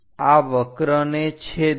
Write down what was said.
આ વક્રને છેદો